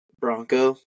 Bronco